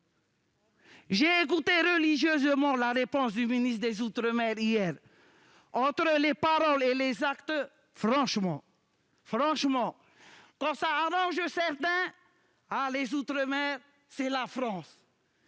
J'ai écouté religieusement la réponse du ministre des outre-mer hier : entre les paroles et les actes, franchement ... Quand ça arrange certains, les outre-mer, c'est la France